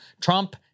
Trump